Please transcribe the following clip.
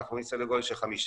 אנחנו רואים סדר גודל של 5%,